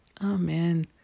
Amen